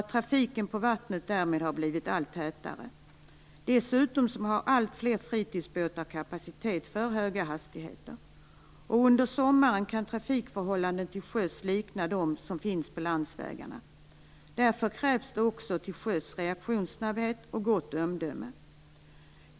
Trafiken på vattnet har därmed blivit allt tätare. Dessutom har alltfler fritidsbåtar kapacitet för höga hastigheter. Under sommaren kan trafikförhållandena till sjöss likna dem som råder på landsvägarna. Därför krävs det också till sjöss reaktionssnabbhet och gott omdöme.